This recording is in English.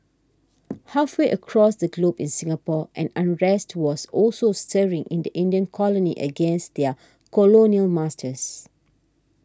halfway across the globe in Singapore an unrest was also stirring in the Indian colony against their colonial masters